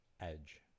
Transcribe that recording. edge